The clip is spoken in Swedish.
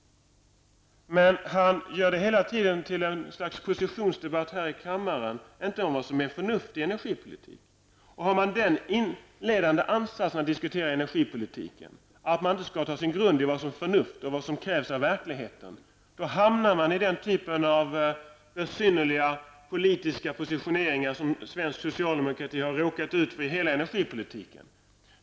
Han gör det hela tiden till ett slags positionsdebatt här i kammaren, men det handlar inte om vad som är en förnuftig energipolitik. Har man som inledande ansats när man diskuterar energipolitiken att man inte skall ha sin grund i vad som är förnuft och vad som krävs av verkligheten, då hamnar man i den typen av besynnerliga politiska positioner som den svenska socialdemokratin har råkat ut för i hela energipolitiken.